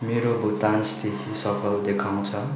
मेरो भुक्तान स्थिति सफल देखाउँछ